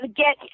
get